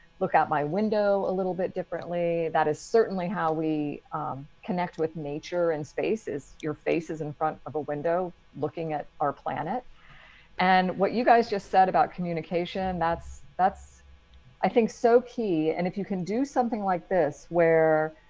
look out my window a little bit differently. that is certainly how we connect with nature and spaces. your face is in front of a window looking at our planet and what you guys just said about communication. and that's that's i think so key. and if you can do something like this where